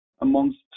amongst